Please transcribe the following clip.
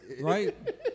right